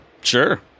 sure